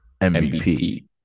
MVP